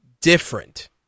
different